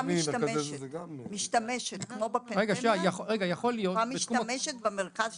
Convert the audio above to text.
כמו בפנדמיה, הקופה משתמשת במרכז שפתחת.